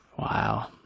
wow